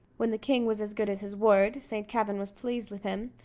when the king was as good as his word, saint kavin was pleased with him,